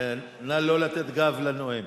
נא לא לתת גב לנואם.